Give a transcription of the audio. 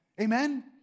Amen